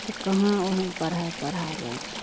तऽ कहाँ ओहन पढ़ाइ पढ़ाबै छै